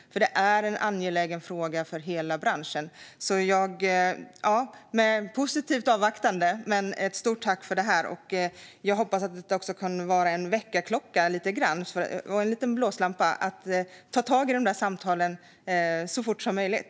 Det är en angelägen fråga för hela branschen. Jag är positivt avvaktande. Stort tack för detta! Jag hoppas att det här kan vara lite grann av en väckarklocka och en liten blåslampa när det gäller att ta tag i de där samtalen så fort som möjligt.